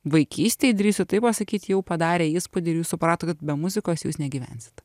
vaikystėj drįsiu taip pasakyt jau padarė įspūdį ir jūs suprato kad be muzikos jūs negyvensit